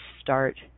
start